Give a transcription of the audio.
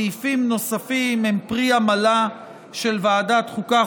וסעיפים נוספים הם פרי עמלה של ועדת החוקה,